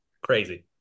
crazy